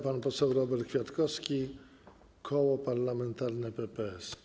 Pan poseł Robert Kwiatkowski, Koło Parlamentarne PPS.